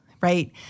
right